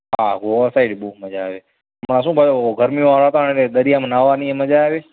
હા ગોવા સાઈડ બહુ મજા આવે એમાં શું પાછું ગરમીવાળું વાતાવરણ એટલે દરિયામાં નાહ્વાની એ મજા આવે